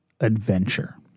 adventure